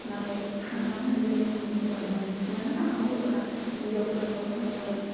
नाथाइ थाङानो जोंनि गामिनिफोरा बांसिनानो थाङा हौवाफोरा हिनजावफोराल' थाङो